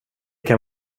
kan